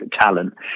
talent